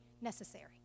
necessary